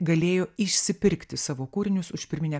galėjo išsipirkti savo kūrinius už pirminę